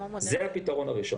זה הפתרון הראשון.